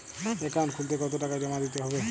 Account খুলতে কতো টাকা জমা দিতে হবে?